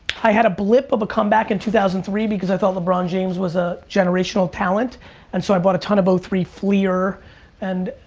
i had a blip of a comeback in two thousand and three because i thought lebron james was a generational talent and so i bought a ton of ah three fleer and,